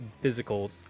physical